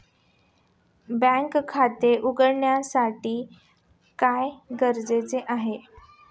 बँकेत खाते उघडण्यासाठी काय गरजेचे आहे?